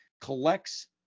collects